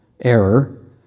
error